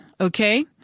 okay